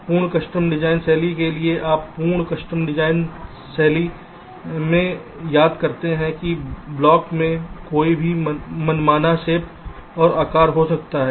पूर्ण custom design शैली के लिए आप पूर्ण कस्टम डिज़ाइन शैली में याद करते हैं की ब्लॉक में कोई भी मनमाना शेप्स और आकार हो सकता है